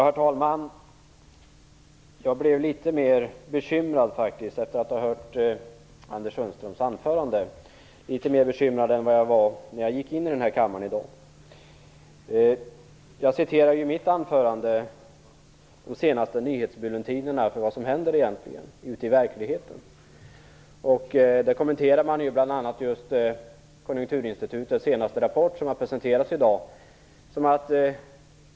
Herr talman! Efter att ha hört Anders Sundströms anförande blev jag litet mera bekymrad än vad jag var när jag gick in i kammaren. Jag citerade i mitt anförande de senaste nyhetsbulletinerna om vad som händer ute i verkligheten. Man kommenterar bl.a. Konjunkturinstitutets senaste rapport som presenterats i dag.